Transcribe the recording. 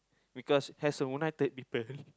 because as a united people